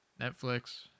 Netflix